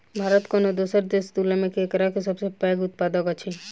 भारत कोनो दोसर देसक तुलना मे केराक सबसे पैघ उत्पादक अछि